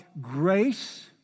grace